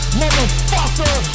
motherfucker